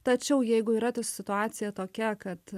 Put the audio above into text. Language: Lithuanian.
tačiau jeigu yra tok situacija tokia kad